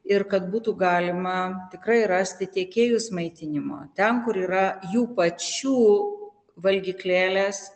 ir kad būtų galima tikrai rasti tiekėjus maitinimo ten kur yra jų pačių valgyklėlės